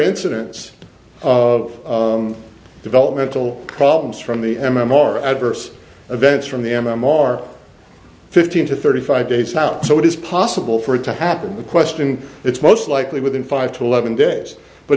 incidence of developmental problems from the m m r adverse events from the m m r fifteen to thirty five days out so it is possible for it to happen the question it's most likely within five to eleven days but